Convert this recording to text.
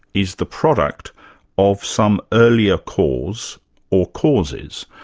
is the product of some earlier cause or causes.